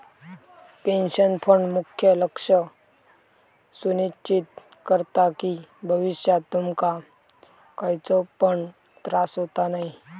pension fund मुख्य लक्ष सुनिश्चित करता कि भविष्यात तुमका खयचो पण त्रास होता नये